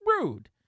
rude